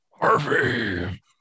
Harvey